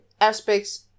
Aspects